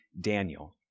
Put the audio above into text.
Daniel